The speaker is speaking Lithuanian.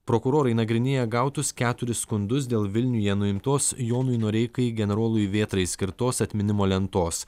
prokurorai nagrinėja gautus keturis skundus dėl vilniuje nuimtos jonui noreikai generolui vėtrai skirtos atminimo lentos